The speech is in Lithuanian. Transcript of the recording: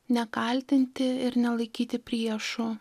nekaltinti ir nelaikyti priešo